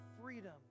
freedom